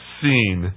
seen